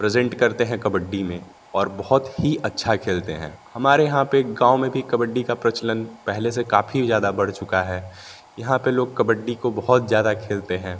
present करते हैं कबड्डी में और बहुत ही अच्छा खेलते हैं हमारे यहाँ पर गाँव में भी कबड्डी का प्रचलन पहले से काफ़ी ज़्यादा बढ़ चुका है यहाँ पर लोग कबड्डी को बहुत ज़्यादा खेलते हैं